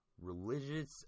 Religious